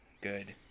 Good